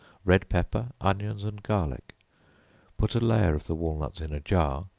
red pepper, onions and garlic put a layer of the walnuts in a jar,